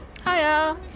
Hiya